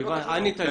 ענית לי.